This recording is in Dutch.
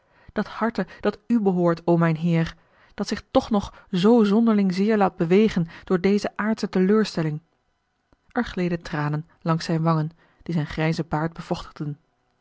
dat harte dat u behoort o mijn heer dat zich toch nog zoo zonderling zeer laat bewegen door deze aardsche teleurstelling er gleden tranen langs zijne wangen die zijn grijzen baard